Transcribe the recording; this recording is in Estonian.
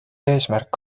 eesmärk